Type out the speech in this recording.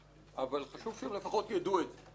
אבל חשוב שלפחות יידעו את זה מראש,